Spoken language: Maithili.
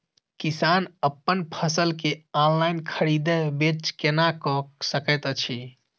किसान अप्पन फसल केँ ऑनलाइन खरीदै बेच केना कऽ सकैत अछि?